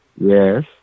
Yes